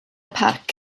parc